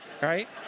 right